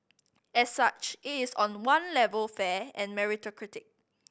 as such it is on one level fair and meritocratic